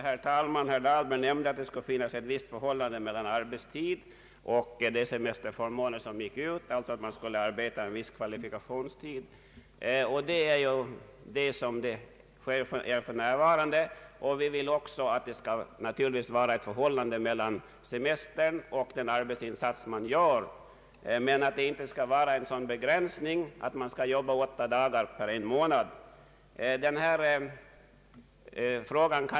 Herr talman! Herr Dahlberg nämnde att det skall råda ett visst förhållande mellan arbetstid och beviljade semesterförmåner. Man bör alltså arbeta en viss kvalifikationstid, såsom ju förhållandet är för närvarande. Vi vill naturligtvis också att det skall finnas ett visst samband mellan semestern och den arbetsinsats man gör, men att det inte skall föreligga en sådan begränsning att man skall arbeta åtta dagar under en månad för att få ut semester.